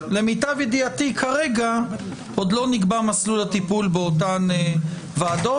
למיטב ידיעתי כרגע עוד לא נקבע מסלול הטיפול באותן ועדות,